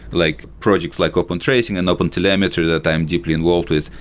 like projects like open tracing and open telemetry that i'm deeply involved with.